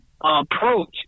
approach